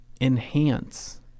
enhance